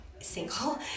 single